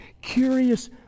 curious